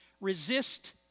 resist